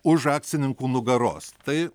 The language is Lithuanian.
už akcininkų nugaros tai